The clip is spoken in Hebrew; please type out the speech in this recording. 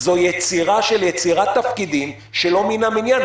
זו יצירה של יצירת תפקידים שלא מן המניין.